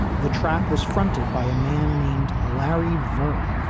the track was fronted by a man named larry vergne,